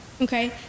okay